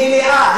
מלאה,